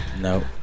No